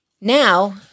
now